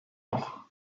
noch